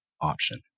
option